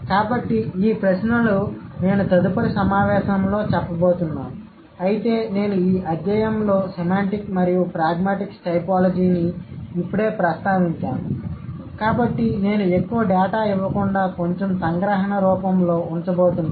కాబట్టి ఈ ప్రశ్నలు నేను తదుపరి సమావేశంలో చెప్పబోతున్నాను అయితే నేను ఈ అధ్యాయంలో సెమాంటిక్ మరియు ప్రాగ్మాటిక్స్ టైపోలాజీని ఇప్పుడే ప్రస్తావించాను కాబట్టి నేను ఎక్కువ డేటా ఇవ్వకుండా కొంచెం సంగ్రహణ రూపంలో ఉంచబోతున్నాను